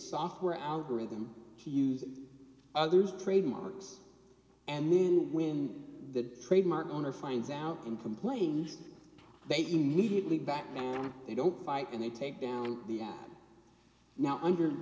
software algorithm to use others trademarks and then when the trademark owner finds out and complains they needed me back they don't fight and they take down the ad now under